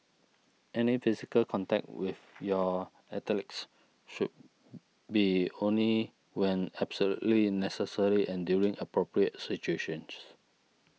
any physical contact with your athletes should be only when absolutely necessary and during appropriate situations